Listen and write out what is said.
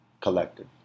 collective